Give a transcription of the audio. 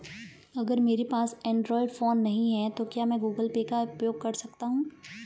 अगर मेरे पास एंड्रॉइड फोन नहीं है तो क्या मैं गूगल पे का उपयोग कर सकता हूं?